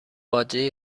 باجه